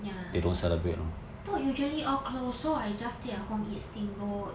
ya thought usually all close so I just stay at home eat steamboat